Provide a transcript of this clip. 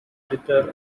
editor